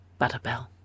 Butterbell